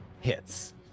hits